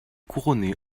couronnée